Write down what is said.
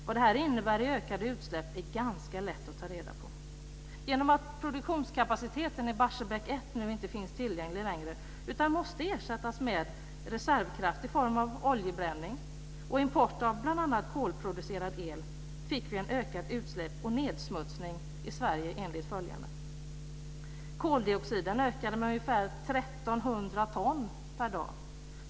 Vad detta innebär i ökade utsläpp är ganska lätt att ta reda på. Genom att produktionskapaciteten i Barsebäck 1 nu inte finns tillgänglig längre, utan måste ersättas med reservkraft i form av oljebränning och import av bl.a. kolproducerad el, fick vi ett ökat utsläpp och en nedsmutsning i Sverige enligt följande: Koldioxiden ökade med ungefär 1 300 ton per dag.